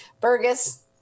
Burgess